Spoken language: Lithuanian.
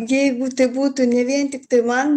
jeigu tai būtų ne vien tiktai man